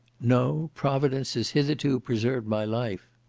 no! providence has hitherto preserved my life.